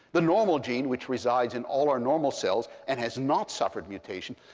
the normal gene, which resides in all our normal cells and has not suffered mutation,